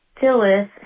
Phyllis